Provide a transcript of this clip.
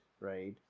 right